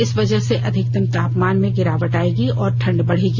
इस वजह से अधिकतम तापमान में गिरावट आएगी और ठंड बढ़ेगी